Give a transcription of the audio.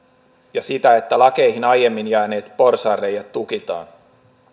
ja sitä että lakeihin aiemmin jääneet porsaanreiät tukitaan